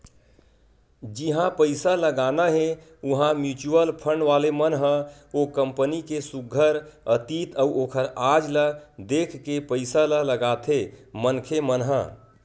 जिहाँ पइसा लगाना हे उहाँ म्युचुअल फंड वाले मन ह ओ कंपनी के सुग्घर अतीत अउ ओखर आज ल देख के पइसा ल लगाथे मनखे मन ह